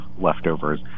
leftovers